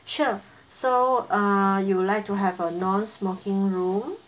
sure so uh you would like to have a non-smoking room